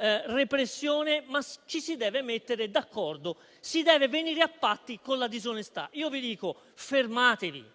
repressione, ma ci si deve mettere d'accordo e si deve venire a patti con la disonestà. Fermatevi,